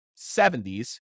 70s